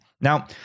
Now